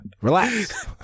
Relax